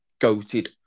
goated